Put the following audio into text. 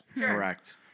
Correct